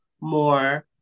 more